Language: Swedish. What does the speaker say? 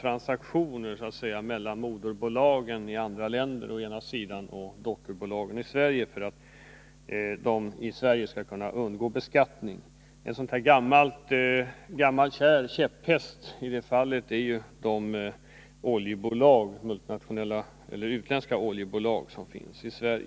transaktioner mellan moderbolag i andra länder å ena sidan och dotterbolag i Sverige å den andra för att de i Sverige skall kunna undgå beskattning. En gammal kär käpphäst i det avseendet är frågan om de utländska oljebolag som finns i Sverige.